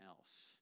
else